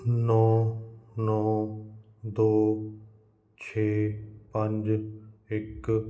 ਨੌ ਨੌ ਦੋ ਛੇ ਪੰਜ ਇੱਕ